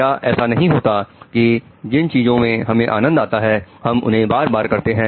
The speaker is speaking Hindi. क्या ऐसा नहीं होता है कि जिन चीजों में हमें आनंद आता है हम उन्हें बार बार करते हैं